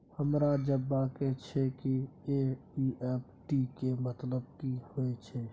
हमरा जनबा के छै की एन.ई.एफ.टी के मतलब की होए है?